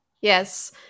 Yes